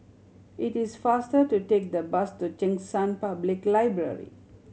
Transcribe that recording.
it is faster to take the bus to Cheng San Public Library